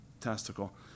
testicle